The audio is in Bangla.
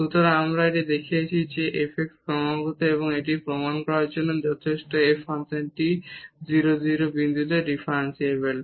সুতরাং এখানে আমরা দেখিয়েছি যে এই f x ক্রমাগত এবং এটি প্রমাণ করার জন্য যথেষ্ট যে f ফাংশনটি 0 0 বিন্দুতে ডিফারেনসিবল